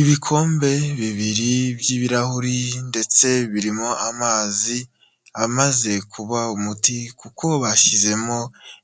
Ibikombe bibiri by'ibirahuri ndetse birimo amazi amaze kuba umuti, kuko bashyizemo